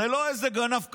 זה לא איזה גנב קטן.